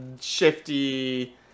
shifty